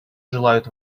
желают